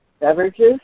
Beverages